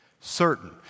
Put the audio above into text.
certain